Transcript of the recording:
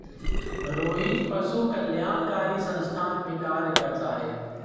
रोहित पशु कल्याणकारी संस्थान में कार्य करता है